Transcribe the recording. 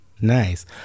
Nice